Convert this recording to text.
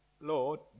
Lord